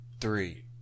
three